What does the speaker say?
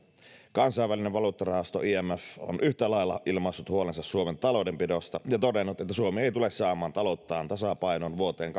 kansainvälinen valuuttarahasto imf on yhtä lailla ilmaissut huolensa suomen taloudenpidosta ja todennut että suomi ei tule saamaan talouttaan tasapainoon vuoteen